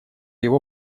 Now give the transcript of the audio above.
его